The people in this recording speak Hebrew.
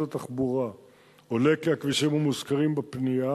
התחבורה עולה כי הכבישים המוזכרים בפנייה